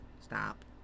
Stop